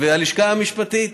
והלשכה המשפטית: